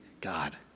God